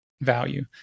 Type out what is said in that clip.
value